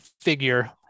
figure